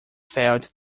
failed